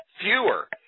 fewer